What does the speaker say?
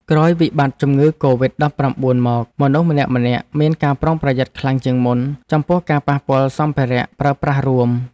ក្រោយវិបត្តិជំងឺកូវីដដប់ប្រាំបួនមកមនុស្សម្នាក់ៗមានការប្រុងប្រយ័ត្នខ្លាំងជាងមុន ចំពោះការប៉ះពាល់សម្ភារៈប្រើប្រាស់រួម។